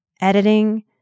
editing